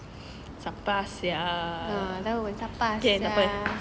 siapa sia K takpe